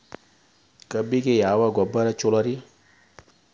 ಕಬ್ಬಿಗ ಯಾವ ಗೊಬ್ಬರ ಛಲೋ?